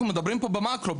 אנחנו מדברים פה במאקרו,